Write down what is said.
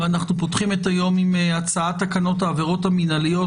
אנחנו פותחים את היום עם הצעת התקנות העבירות המינהליות,